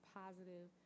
positive